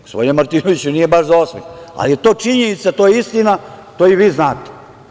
Gospodine Martinoviću, nije baš za osmeh, ali je to činjenica, to je istina, to i vi znate.